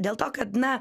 dėl to kad na